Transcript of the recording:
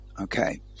okay